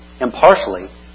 impartially